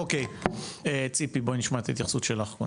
אוקיי, ציפי בואי נשמע את ההתייחסות שלך.